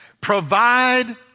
Provide